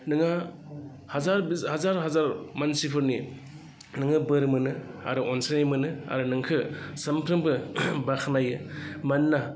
नोंहा हाजार हाजार मानसिफोरनि नोङो बोर मोनो आरो अनसायनाय मोनो आरो नोंखौ सानफ्रोमबो बाख्नायो मानोना